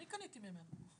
אני קניתי ממנו.